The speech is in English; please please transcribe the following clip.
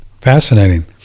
Fascinating